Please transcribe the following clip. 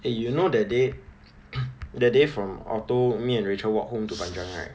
eh you know that day that day from me and rachel walk home to panjang right